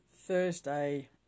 Thursday